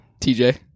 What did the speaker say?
TJ